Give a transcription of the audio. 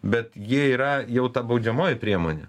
bet jie yra jau ta baudžiamoji priemonė